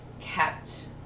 kept